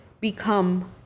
become